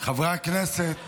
חברי הכנסת.